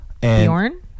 Bjorn